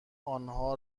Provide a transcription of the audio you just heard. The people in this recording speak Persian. آنها